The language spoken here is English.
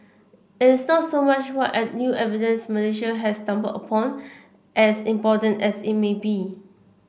it is not so much what add new evidence Malaysia has stumbled upon as important as it may be